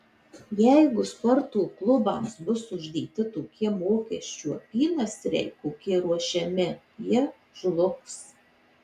jeigu sporto klubams bus uždėti tokie mokesčių apynasriai kokie ruošiami jie žlugs